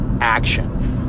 action